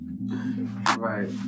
right